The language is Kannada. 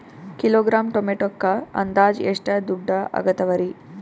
ಕಿಲೋಗ್ರಾಂ ಟೊಮೆಟೊಕ್ಕ ಅಂದಾಜ್ ಎಷ್ಟ ದುಡ್ಡ ಅಗತವರಿ?